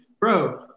bro